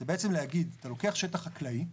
זה בעצם להגיד, אתה לוקח שטח חקלאי,